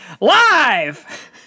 live